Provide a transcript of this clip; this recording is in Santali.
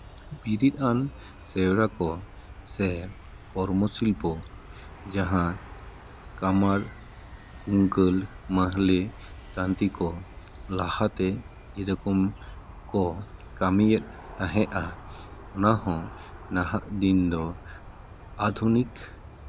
ᱵᱤᱨᱤᱫ ᱟᱱ ᱥᱮᱨᱣᱟ ᱠᱚ ᱥᱮ ᱠᱚᱨᱢᱚ ᱥᱤᱞᱯᱚ ᱡᱟᱦᱟᱸ ᱠᱟᱢᱟᱨ ᱠᱩᱝᱠᱟᱹᱞ ᱢᱟᱦᱞᱮ ᱛᱟᱱᱛᱤ ᱠᱚ ᱞᱟᱦᱟᱛᱮ ᱡᱮ ᱨᱚᱠᱚᱢ ᱠᱚ ᱠᱟᱹᱢᱤᱭᱮᱫ ᱛᱟᱦᱮᱸᱫᱼᱟ ᱚᱱᱟ ᱦᱚᱸ ᱱᱟᱦᱟᱜ ᱫᱤᱱ ᱫᱚ ᱟᱹᱫᱷᱩᱱᱤᱠ